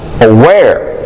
aware